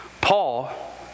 Paul